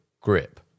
grip